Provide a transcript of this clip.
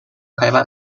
开办